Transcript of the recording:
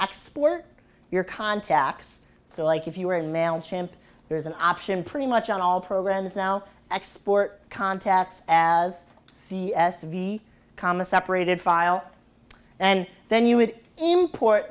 export your contacts so like if you were in mail champ there's an option pretty much on all programs now export contacts as c s v comma separated file and then you would import